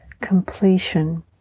completion